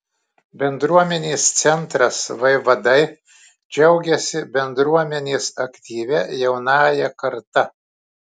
bendruomenės centras vaivadai džiaugiasi bendruomenės aktyvia jaunąja karta